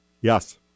yes